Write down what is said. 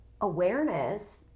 awareness